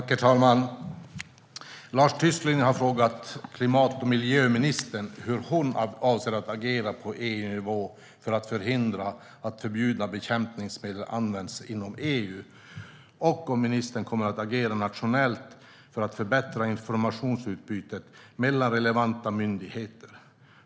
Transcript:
Herr talman! Lars Tysklind har frågat klimat och miljöministern hur hon avser att agera på EU-nivå för att förhindra att förbjudna bekämpningsmedel används inom EU och om hon kommer att agera nationellt för att förbättra informationsutbytet mellan relevanta myndigheter.